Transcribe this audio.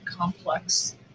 complex